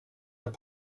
herr